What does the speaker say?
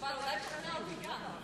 יובל, אולי תשכנע אותי גם.